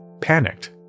panicked